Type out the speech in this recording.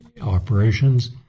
operations